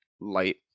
light